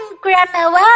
Grandma